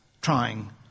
trying